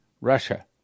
Russia